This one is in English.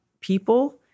people